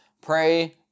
pray